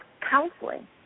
counseling